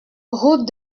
route